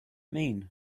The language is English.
mean